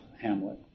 Hamlet